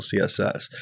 CSS